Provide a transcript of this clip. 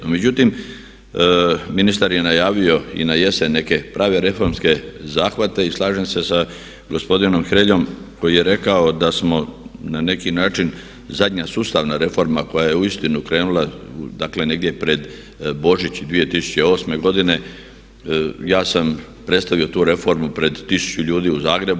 No, međutim ministar je najavio i na jesen neke prave reformske zahvate i slažem se sa gospodinom Hreljom koji je rekao da smo na neki način zadnja sustavna reforma koja je uistinu krenula dakle negdje pred Božić 2008. godine, ja sam predstavio tu reformu pred 1000 ljudi u Zagrebu.